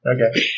Okay